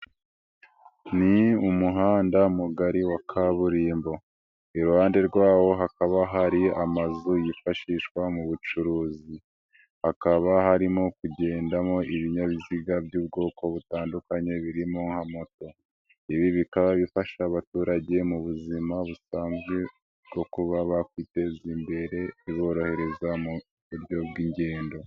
Ni umuhanda mugari wa kaburimbo iruhande rwawo hakaba hari amazu yifashishwa mu bucuruzi hakaba harimo kugendamo ibinyabiziga by'ubwoko butandukanye birimo moto, ibi bikaba bifasha abaturage mu buzima busanzwe bwo kuba bakwiteza imbere biborohereza mu buryo bw'ingendo.